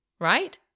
right